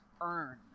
earn